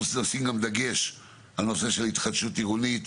אנחנו שמים גם דגש על נושא ההתחדשות העירונית,